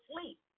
sleep